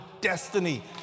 destiny